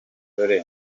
dore